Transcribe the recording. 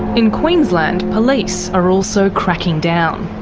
in queensland, police are also cracking down.